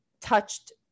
touched